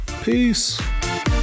Peace